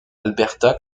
alberta